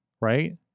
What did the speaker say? right